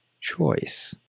choice